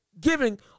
giving